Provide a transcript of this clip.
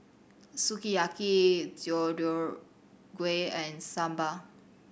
Sukiyaki Deodeok Gui and Sambar